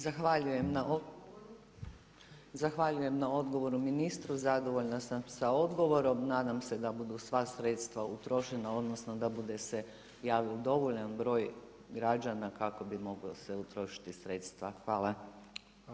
Zahvaljujem na odgovoru ministru, zadovoljna sam sa odgovorom, nadam se da budu sva sredstva utrošena odnosno da bude se javio dovoljan broj građana kako bi moglo se utrošiti sredstva.